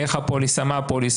מה הפוליסה.